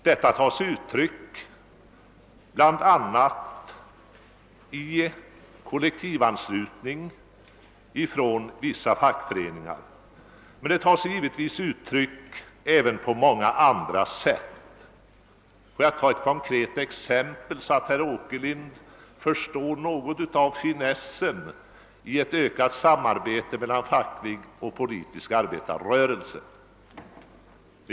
Denna strävan tar sig bl.a. uttryck genom kollektivanslutning inom vissa fackföreningar men givetvis också på många andra sätt. Jag vill ta ett konkret exempel för att herr Åkerlind skall förstå något av finessen i ett ökat samarbete mellan facklig och politisk arbetarrörelse.